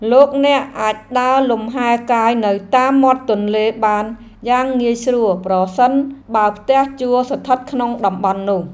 លោកអ្នកអាចដើរលំហែរកាយនៅតាមមាត់ទន្លេបានយ៉ាងងាយស្រួលប្រសិនបើផ្ទះជួលស្ថិតក្នុងតំបន់នោះ។